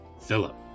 Philip